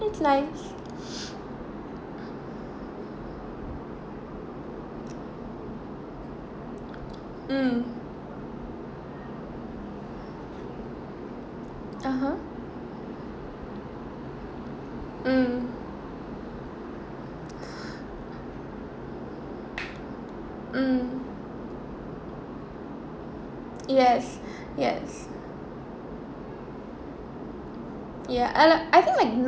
it's nice mm (uh huh) mm mm yes yes ya uh I think like